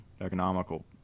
economical